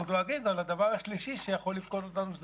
דואגים כבר לדבר השלישי שיכול לפקוד אותנו,